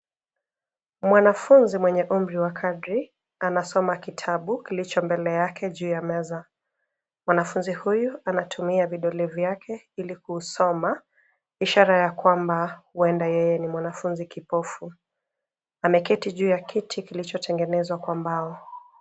Mwanafunzi mwenye umri wa kadri. Anasoma kitabu kilicho mbele yake juu ya meza. Mwanafunzi huyu anatumia vidole vyake ili kusoma ishara ya kwamba huenda yeye ni mwanafunzi kipofu. Ameketi juu ya kiti kilichotengenezwa kwa mbao.